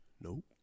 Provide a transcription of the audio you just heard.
Nope